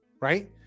right